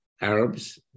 Arabs